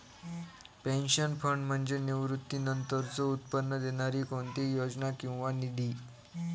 pension fund म्हणजे निवृत्तीनंतरचो उत्पन्न देणारी कोणतीही योजना किंवा निधी